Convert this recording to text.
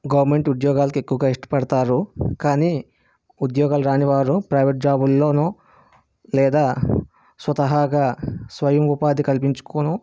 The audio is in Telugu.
గవర్నమెంట్ ఉద్యోగాలకు ఎక్కువగా ఇష్టపడతారు కానీ ఉద్యోగాలు రానివారు ప్రైవేట్ జాబుల్లోను లేదా స్వతహాగా స్వయం ఉపాధి కల్పించుకోను